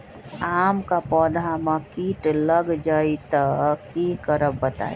आम क पौधा म कीट लग जई त की करब बताई?